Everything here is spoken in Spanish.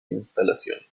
instalaciones